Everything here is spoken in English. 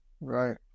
right